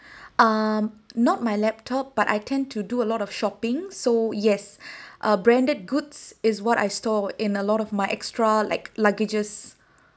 um not my laptop but I tend to do a lot of shopping so yes uh branded goods is what I store in a lot of my extra like luggages